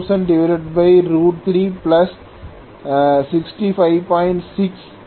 636